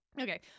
okay